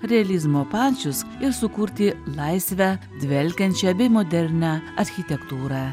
realizmo pančius ir sukurti laisvę dvelkiančią bei modernią architektūrą